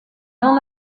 dans